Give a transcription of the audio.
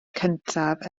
gyntaf